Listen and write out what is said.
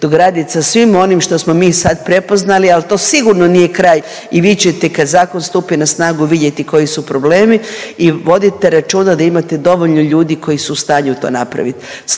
dogradit sa svim onim što smo mi sad prepoznali, ali to sigurno nije kraj i vi ćete kad zakon stupi na snagu vidjeti koji su problemi i vodite računa da imate dovoljno ljudi koji su u stanju to napraviti.